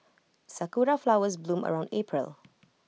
Sakura Flowers bloom around April